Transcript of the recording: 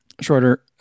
shorter